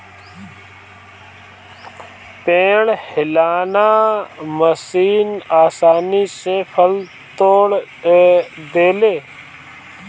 पेड़ हिलौना मशीन आसानी से फल तोड़ देले